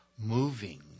moving